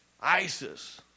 ISIS